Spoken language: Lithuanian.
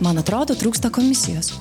man atrodo trūksta komisijos